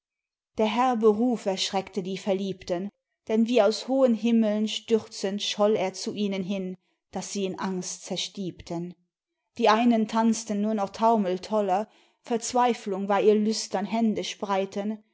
der herbe ruf erschreckte die verliebten denn wie aus hohen himmeln stürzend scholl er zu ihnen hin daß sie in angst zerstiebten die einen tanzten nur noch taumeltoller verzweiflung war ihr lüstern händespreiten